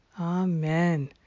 Amen